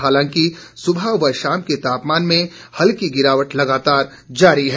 हालांकि सुबह व शाम के तापमान में हल्की गिरावट लगातार जारी है